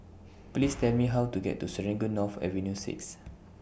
Please Tell Me How to get to Serangoon North Avenue six